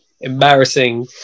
embarrassing